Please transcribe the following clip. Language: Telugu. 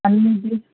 అన్నింటికి